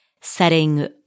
setting